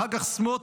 אחר כך סמוטריץ'.